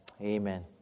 Amen